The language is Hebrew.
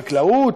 חקלאות,